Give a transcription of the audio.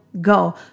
go